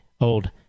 Old